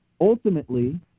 Ultimately